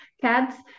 cats